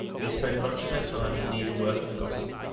they spend much of their time in needle-work and gossip,